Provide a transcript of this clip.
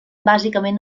bàsicament